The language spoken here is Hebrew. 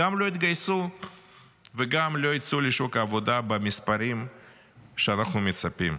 גם לא יתגייסו וגם לא יצאו לשוק העבודה במספרים שאנחנו מצפים.